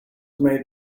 made